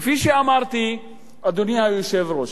כפי שאמרתי, אדוני היושב-ראש,